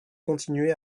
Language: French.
continuer